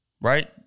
right